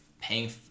paying